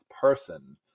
person